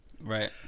Right